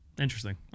Interesting